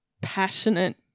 passionate